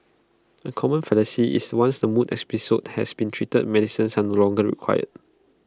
A common fallacy is once the mood episodes has been treated medicines are no longer required